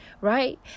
right